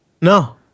no